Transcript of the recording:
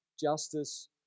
justice